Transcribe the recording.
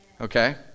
Okay